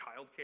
childcare